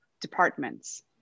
departments